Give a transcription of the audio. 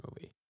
movie